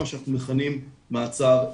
מה שאנחנו מכנים מעצר ימים.